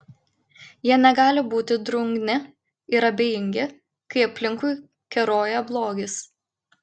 jie negali būti drungni ir abejingi kai aplinkui keroja blogis